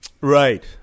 right